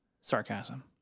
sarcasm